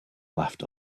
laughed